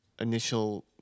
initial